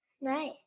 Nice